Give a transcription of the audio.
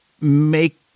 make